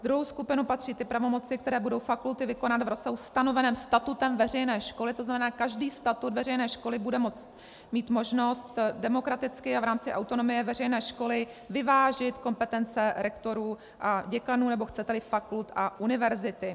Druhou skupinu patří ty pravomoci, které budou fakulty vykonávat v rozsahu stanoveném statutem veřejné školy, to znamená každý statut veřejné školy bude mít možnost demokraticky a v rámci autonomie veřejné školy vyvážit kompetence rektorů a děkanů, nebo chceteli fakult a univerzity.